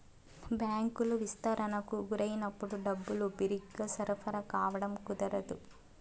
బ్యాంకులు విస్తరణకు గురైనప్పుడు డబ్బులు బిరిగ్గా సరఫరా కావడం కుదరదు